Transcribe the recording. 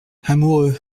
amoureux